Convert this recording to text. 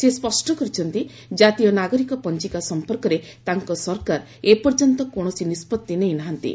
ସେ ସ୍ୱଷ୍ଟ କରିଛନ୍ତି ଜାତୀୟ ନାଗରିକ ପଞ୍ଜିକା ସମ୍ପର୍କରେ ତାଙ୍କ ସରକାର ଏପର୍ଯ୍ୟନ୍ତ କୌଣସି ନିଷ୍କଭି ନେଇନାହାନ୍ତି